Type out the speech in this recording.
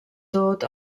tot